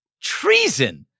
treason